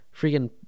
freaking